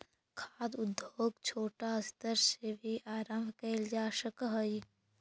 खाद्य उद्योग छोटा स्तर से भी आरंभ कैल जा सक हइ